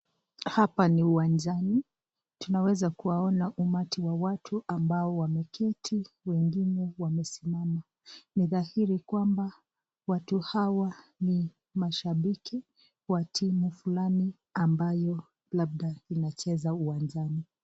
Hapa ni uwanjani tuweza kuwaona umati wa watu ambao wameketi wengine wamesimama ni dahiri kwamba watu hawa ni mashabiki wa timu fulani ambayo labda inacheza uwanjani.